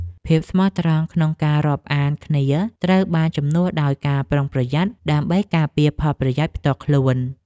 ភាពស្មោះត្រង់ក្នុងការរាប់អានគ្នាត្រូវបានជំនួសដោយការប្រុងប្រយ័ត្ន ដើម្បីការពារផលប្រយោជន៍ផ្ទាល់ខ្លួន។